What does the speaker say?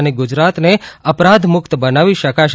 અને ગુજરાતને અપરાધ મુક્ત બનાવી શકાશે